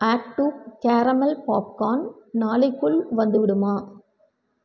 act two caramel popcorn நாளைக்குள் வந்துவிடுமா